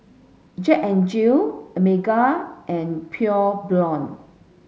Jack N Jill Megan and Pure Blonde